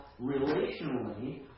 relationally